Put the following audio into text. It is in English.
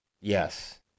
Yes